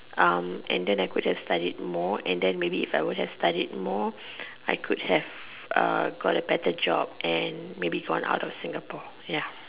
um and then I could have studied more and then maybe if I would have studied more I could have got a better job and maybe gone out of Singapore ya